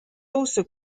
also